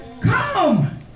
Come